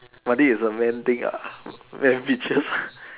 but this is a man thing uh man features